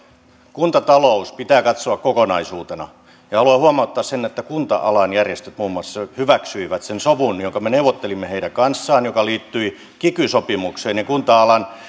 kuntatalous pitää katsoa kokonaisuutena ja haluan huomauttaa siitä että muun muassa kunta alan järjestöt hyväksyivät sen sovun jonka me neuvottelimme heidän kanssaan ja joka liittyi kiky sopimukseen ja